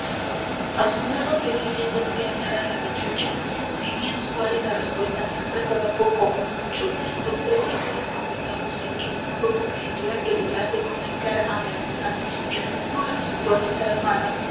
asombrado quedé oyendo así hablar al avechucho si bien su árida respuesta no expresaba poco o mucho pues preciso es convengamos en que nunca hubo criatura que lograse contemplar ave alguna en la moldura de su puerta encaramada